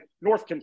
North